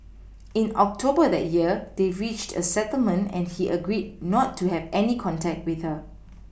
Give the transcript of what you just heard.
in October that year they reached a settlement and he agreed not to have any contact with her